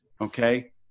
Okay